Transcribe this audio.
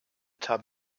time